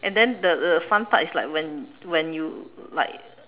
and then the the fun part is like when when you like